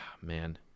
man